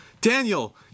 Daniel